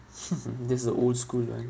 there's a old school right